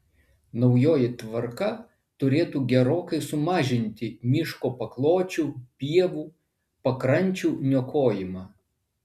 naujoji tvarka turėtų gerokai sumažinti miško pakločių pievų pakrančių niokojimą